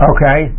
Okay